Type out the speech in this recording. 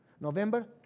November